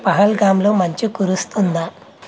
పహల్గామ్లో మంచు కురుస్తోందా